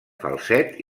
falset